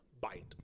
bite